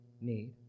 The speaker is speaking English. need